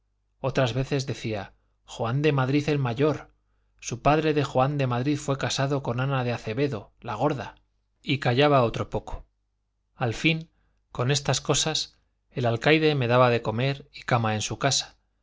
otras veces decía joan de madrid el mayor su padre de joan de madrid fue casado con ana de acevedo la gorda y callaba otro poco al fin con estas cosas el alcaide me daba de comer y cama en su casa